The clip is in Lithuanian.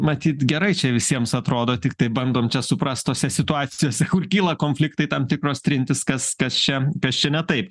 matyt gerai čia visiems atrodo tiktai bandom suprast tose situacijose kur kyla konfliktai tam tikros trintys kas kas čia kas čia ne taip